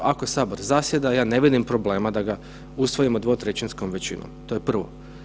Ako Sabor zasjeda ja ne vidim probleme da ga usvojimo dvotrećinskom većinom, to je prvo.